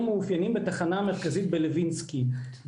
מאופיינים בתחנה המרכזית בלוינסקי.